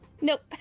Nope